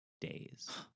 days